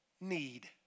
need